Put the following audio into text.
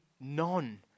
none